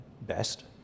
best